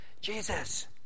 Jesus